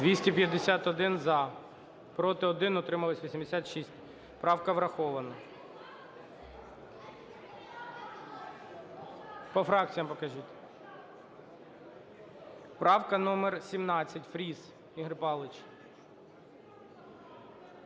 За-251 Проти – 1, утримались – 86. Правка врахована. По фракціям покажіть. Правка номер 17, Фріс Ігор Павлович.